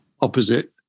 opposite